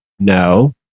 No